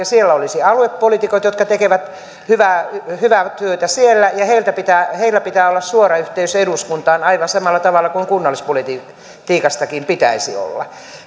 siellä olisi aluepoliitikot jotka tekevät hyvää hyvää työtä siellä ja heillä pitää olla suora yhteys eduskuntaan aivan samalla tavalla kuin kunnallispolitiikastakin pitäisi olla